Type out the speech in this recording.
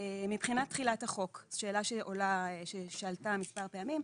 מבחינת תחילת החוק, שאלה שעולה, שעלתה מספר פעמים.